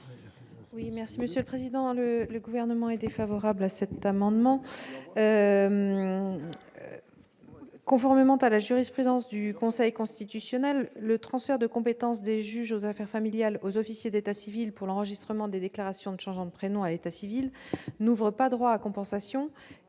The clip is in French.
du Sénat sur cette question. Quel est l'avis du Gouvernement ? Conformément à la jurisprudence du Conseil constitutionnel, le transfert de compétence des juges aux affaires familiales aux officiers d'état civil pour l'enregistrement des déclarations de changement de prénom à l'état civil n'ouvre pas droit à compensation,